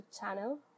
channel